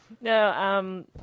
No